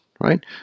right